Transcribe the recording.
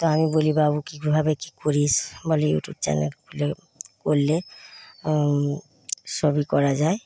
তো আমি বলি বাবু কীভাবে কী করিস বলে ইউটিউব চ্যানেল খুলে করলে সবই করা যায়